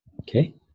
Okay